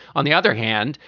on the other hand,